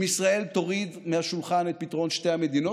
אם ישראל תוריד מהשולחן את פתרון שתי המדינות,